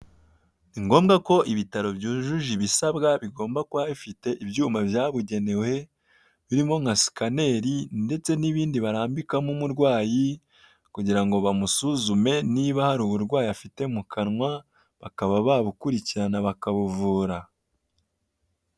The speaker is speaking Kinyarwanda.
Ni ngombwa ko ibitaro byujuje ibisabwa bigomba kuba bifite ibyuma byabugenewe birimo nka sikaneri ndetse n'ibindi barambikamo umurwayi, kugira ngo bamusuzume niba hari uburwayi afite mu kanwa bakaba babukurikirana bakabuvura.